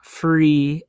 free